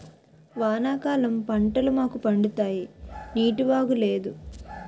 వానాకాలం పంటలు మాకు పండుతాయి నీటివాగు లేదు